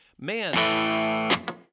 man